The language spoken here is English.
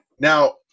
Now